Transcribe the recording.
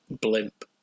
blimp